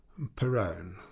Perone